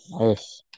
Yes